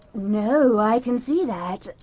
no, i can see that,